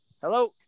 Hello